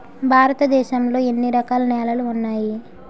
భారతదేశం లో ఎన్ని రకాల నేలలు ఉన్నాయి?